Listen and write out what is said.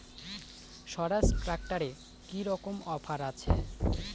স্বরাজ ট্র্যাক্টরে কি রকম অফার আছে?